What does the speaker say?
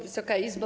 Wysoka Izbo!